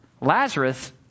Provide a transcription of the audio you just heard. Lazarus